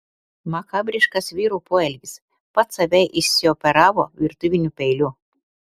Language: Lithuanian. makabriškas vyro poelgis pats save išsioperavo virtuviniu peiliu